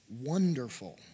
wonderful